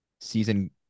season